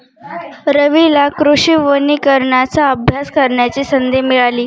रवीला कृषी वनीकरणाचा अभ्यास करण्याची संधी मिळाली